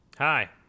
Hi